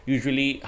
Usually